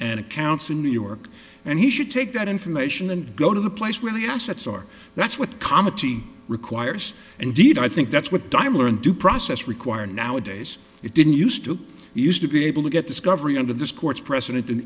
and accounts in new york and he should take that information and go to the place where the assets are that's what comedy requires and deed i think that's what diameter and due process require nowadays it didn't used to used to be able to get discovery under this court's precedent